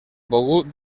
pogut